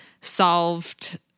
solved